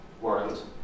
world